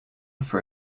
for